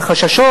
וחששות,